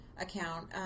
account